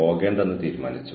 പക്ഷേ ആരോ തീരുമാനിച്ചു